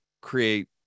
create